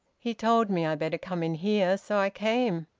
he told me i'd better come in here. so i came.